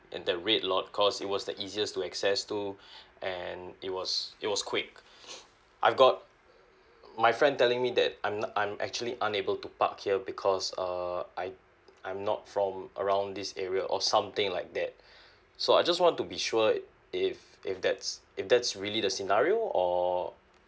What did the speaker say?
at the red lot cause it was the easiest to access to and it was it was quick I've got my friend telling me that I'm I'm actually unable to park here because err I I'm not from around this area or something like that so I just want to be sure if if that's if that's really the scenario or